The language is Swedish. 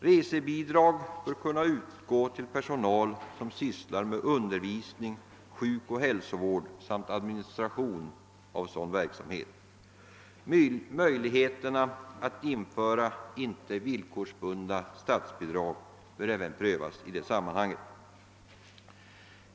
Resebidrag bör kunna utgå till personal som sysslar med undervisning, hälsooch sjukvård samt administration av sådan verksamhet. Möjligheterna att införa icke villkorsbundna statsbidrag bör prövas i detta sammanhang.